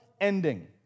ending